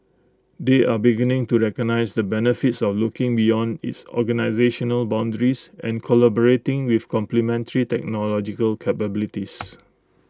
they are beginning to recognise the benefits of looking beyond its organisational boundaries and collaborating with complementary technological capabilities